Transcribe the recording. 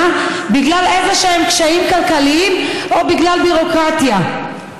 בגלל איזשהם קשיים כלכליים או בגלל ביורוקרטיה.